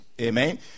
Amen